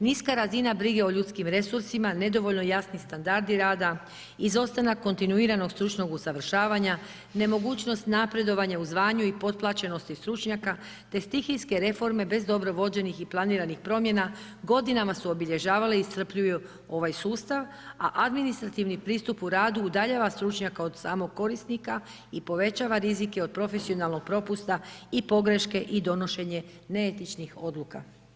Niska razina brige o ljudskim resursima, nedovoljno jasni standardi rada, izostanak kontinuiranog stručnog usavršavanja, nemogućnost napredovanja u zvanju i potplaćenosti stručnjaka t stihijske reforme bez dobro vođenih i planiranih promjena, godinama su obilježavale i iscrpljuju ovaj sustav a administrativni pristup u radu udaljava stručnjaka od samog korisnika i povećava rizike od profesionalnog propusta i pogreške i donošenje neetičnih odluka.